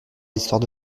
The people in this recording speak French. l’histoire